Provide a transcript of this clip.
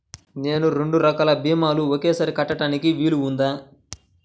నేను రెండు రకాల భీమాలు ఒకేసారి కట్టడానికి వీలుందా?